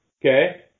okay